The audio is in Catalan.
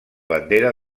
bandera